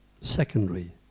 secondary